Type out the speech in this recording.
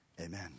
Amen